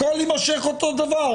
הכול יימשך אותו דבר,